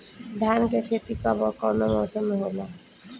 धान क खेती कब ओर कवना मौसम में होला?